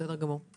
בסדר גמור.